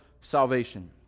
salvation